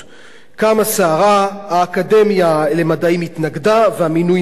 קמה סערה, האקדמיה למדעים התנגדה והמינוי נפל,